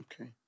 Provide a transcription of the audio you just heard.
Okay